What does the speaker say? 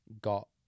got